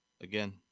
Again